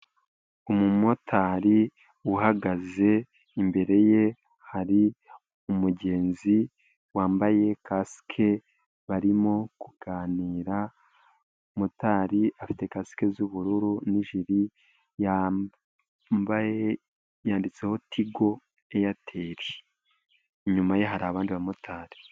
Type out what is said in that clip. Umumotari uhagaze imbere ye hari umugenzi wambaye kasike barimo kuganira, motari afite kasike z'ubururu n'ijiri yambaye yanditseho Tigo Eyateri, inyuma ye hari abandi bamotari.